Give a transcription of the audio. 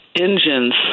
engines